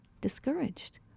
discouraged